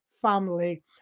family